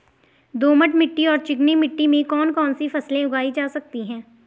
दोमट मिट्टी और चिकनी मिट्टी में कौन कौन सी फसलें उगाई जा सकती हैं?